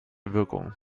wirkung